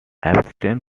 abstain